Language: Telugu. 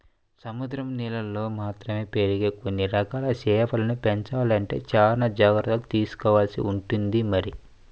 సముద్రం నీళ్ళల్లో మాత్రమే పెరిగే కొన్ని రకాల చేపల్ని పెంచాలంటే చానా జాగర్తలు తీసుకోవాల్సి ఉంటుంది మరి